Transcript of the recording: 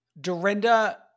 Dorinda